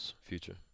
Future